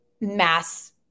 mass